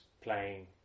playing